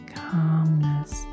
calmness